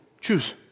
choose